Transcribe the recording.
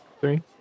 Three